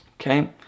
Okay